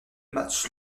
matchs